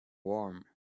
warm